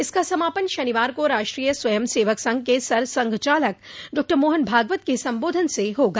इसका समापन शनिवार को राष्ट्रीय स्वयंसेवक संघ के सरसंघचालक डॉक्टर मोहन भागवत के संबोधन से होगा